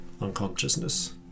unconsciousness